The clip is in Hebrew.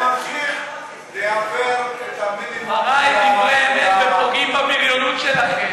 והוא ממשיך לעוור את, אתם בידיים שלכם